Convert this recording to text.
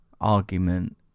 argument